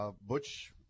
Butch